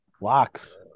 Locks